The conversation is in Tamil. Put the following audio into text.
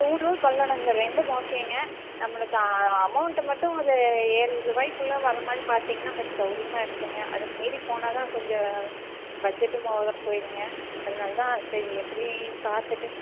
சூலூர் பல்லடம் இந்த ரெண்டும் ஓகேங்க நம்மளுக்கு அமௌண்ட்டு மட்டும் ஒரு ஏழ்ருவாய்க்குள்ளே வர மாதிரி பாத்தீங்கனா கொஞ்சம் சவுரியமாக இருக்குங்க அதுக்கு மீறி போனா தான் கொஞ்சம் பட்ஜெட்டும் அவ்வளோ போயிருங்க அதனால தான் சரி எப்படின் பார்த்துட்டு